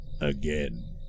again